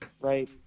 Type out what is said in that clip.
right